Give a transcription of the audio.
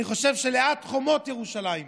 אני חושב שליד חומות ירושלים,